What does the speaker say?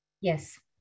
Yes